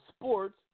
sports